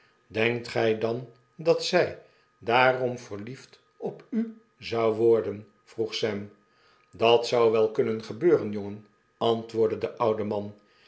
denkt gy dan dat zy daarom verliefd op u zou geworden zyn vroeg sam dat zou wel kunnen gebeuren jongfen antwoordde de oude man